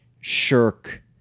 shirk